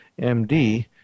MD